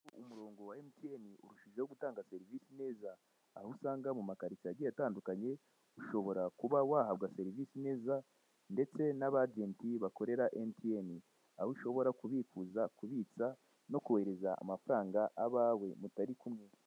Umurongo wa emutiyeni urushijeho gutanga serivisi neza ndetse n'abajenti bakorera emutiyeni aho ushobora kubitsa no kubikuza no koherereza amafaranga abawe mutari kumwe.